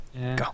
Go